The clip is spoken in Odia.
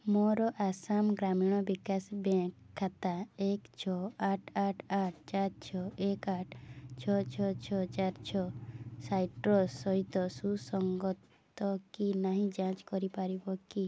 ମୋର ଆସାମ ଗ୍ରାମୀଣ ବିକାଶ ବ୍ୟାଙ୍କ୍ ଖାତା ଏକ ଛଅ ଆଠ ଆଠ ଆଠ ଚାରି ଛଅ ଏକ ଆଠ ଛଅ ଛଅ ଛଅ ଚାରି ଛଅ ସାଇଟ୍ରସ୍ ସହିତ ସୁସଙ୍ଗତ କି ନାହିଁ ଯାଞ୍ଚ କରିପାରିବ କି